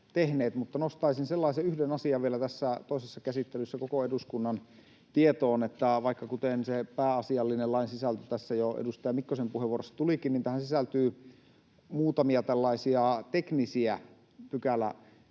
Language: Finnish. Mutta nostaisin sellaisen yhden asian vielä tässä toisessa käsittelyssä koko eduskunnan tietoon, että — vaikka se pääasiallinen lain sisältö tässä jo edustaja Mikkosen puheenvuorossa tulikin — tähän sisältyy myös muutamia teknisiä pykälämuutoksia.